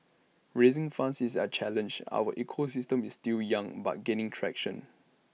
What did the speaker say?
raising funds is A challenge our ecosystem is still young but gaining traction